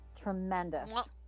tremendous